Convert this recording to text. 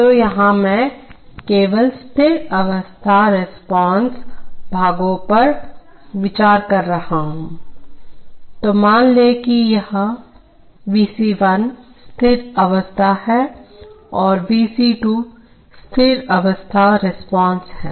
तो यहाँ मैं केवल स्थिर अवस्था रिस्पांस भागों पर विचार कर रहा हूँ तो मान लें कि यह V c 1 स्थिर अवस्था है और V c 2 स्थिर अवस्था रिस्पांस है